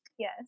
Yes